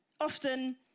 often